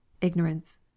IGNORANCE